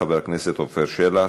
חבר הכנסת עפר שלח,